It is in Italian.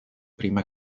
prima